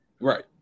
Right